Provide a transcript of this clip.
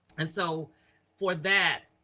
and so for that,